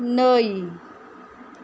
नै